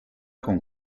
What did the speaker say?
con